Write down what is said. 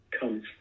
comes